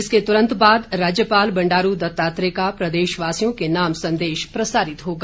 इसके तुरंत बाद राज्यपाल बंडारू दत्तात्रेय का प्रदेशवासियों के नाम संदेश प्रसारित होगा